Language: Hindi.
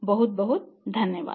बहुत बहुत धन्यवाद